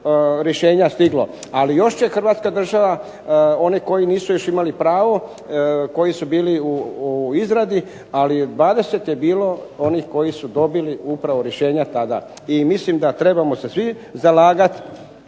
rješenja stiglo. Ali još će Hrvatska država one koji nisu još imali pravo, koji su bili u izradi, ali 20 je bilo onih koji su dobili upravo rješenja tada. I mislim da trebamo se svi zalagat